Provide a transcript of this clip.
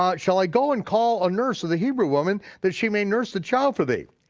um shall i go and call a nurse of the hebrew women that she may nurse the child for thee?